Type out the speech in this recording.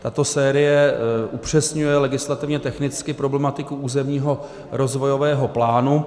Tato série upřesňuje legislativně technicky problematiku územního rozvojového plánu.